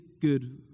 Good